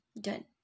done